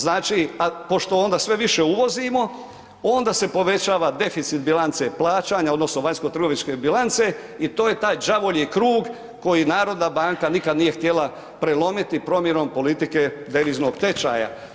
Znači pošto onda sve više uvozimo onda se povećava deficit bilance plaćanja odnosno vanjsko-trgovinske bilance i to je taj đavolji krug koji Narodna banka nikad nije htjela prelomiti promjenom politike deviznog tečaja.